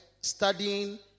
studying